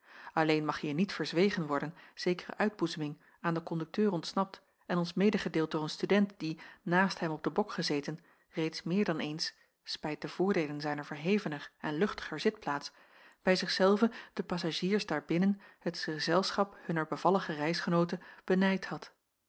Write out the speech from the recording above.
alleen mag hier niet verzwegen worden zekere uitboezeming aan den kondukteur ontsnapt en ons medegedeeld door een student die naast hem op den bok gezeten reeds meer dan eens spijt de voordeelen zijner verhevener en luchtiger zitplaats bij zich zelven den passagiers daarbinnen het gezelschap hunner bevallige reisgenoote benijd had